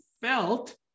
felt